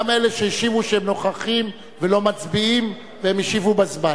גם אלה שהשיבו שהם נוכחים ולא מצביעים והם השיבו בזמן.